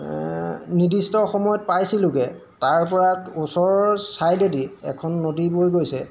নিৰ্দিষ্টৰ সময়ত পাইছিলেগৈ তাৰপৰা ওচৰৰ ছাইডে দি এখন নদী বৈ গৈছে